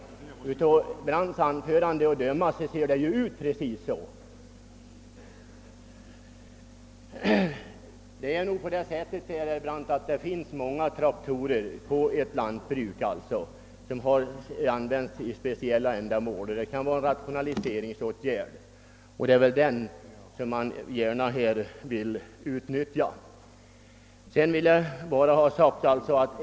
Den slutsatsen kan man dra av herr Brandts anförande. I ett lantbruk kan det finnas flera traktorer som används för olika speciella ändamål. Det kan vara en rationaliseringsåtgärd, och det är väl denna möjlighet man vill utnyttja.